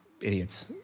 idiots